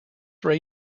ray